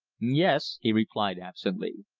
yes, he replied absently.